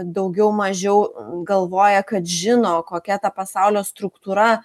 daugiau mažiau galvoja kad žino kokia ta pasaulio struktūra